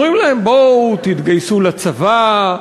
אומרים להם: בואו, תתגייסו לצבא,